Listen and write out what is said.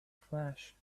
flash